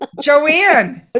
Joanne